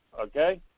okay